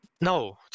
no